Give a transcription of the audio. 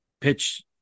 pitch